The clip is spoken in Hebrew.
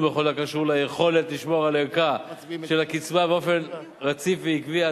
בכל הקשור ליכולת לשמור על ערכה של הקצבה באופן רציף ועקבי.